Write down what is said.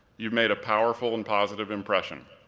you've made a powerful and positive impression.